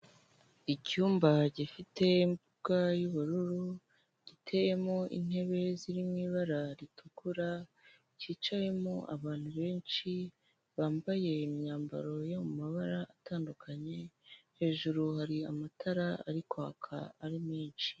Icyumba gifite imbuga y'ubururu giteyemo intebe ziri mu ibara ritukura, kicayemo abantu benshi bambaye imyambaro yo mu mabara atandukanye, hejuru hari amatara ari kwaka ari menshi.